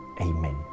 Amen